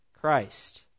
Christ